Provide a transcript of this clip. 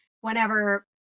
whenever